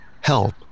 help